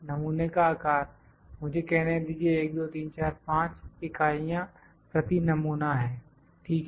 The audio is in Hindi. नमूने का आकार मुझे कहने दीजिए 1 2 3 4 5 इकाइयां प्रति नमूना है ठीक है